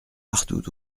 partout